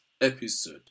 episode